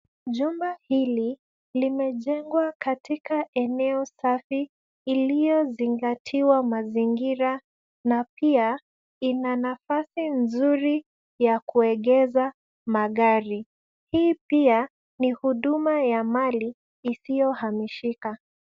Jumba hili limejengwa katika eneo safi iliyozingatiwa mazingira na pia ina nafasi nzuri ya kuegesha magari. Hii pia ni huduma ya Mali isiyohamishika.